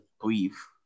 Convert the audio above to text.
brief